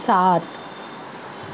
سات